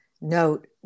note